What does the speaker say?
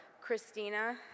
Christina